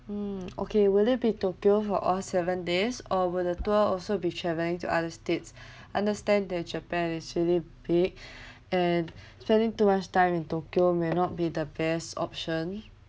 mm okay will it be tokyo for all seven days or will the tour also be travelling to other states understand that japan is really big and spending too much time in tokyo may not be the best option